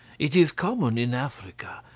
it is common in africa,